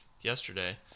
yesterday